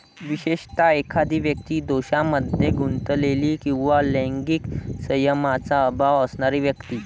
विशेषतः, एखादी व्यक्ती दोषांमध्ये गुंतलेली किंवा लैंगिक संयमाचा अभाव असणारी व्यक्ती